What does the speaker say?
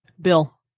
Bill